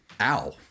Ow